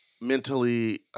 mentally